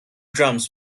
drums